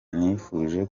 nifuje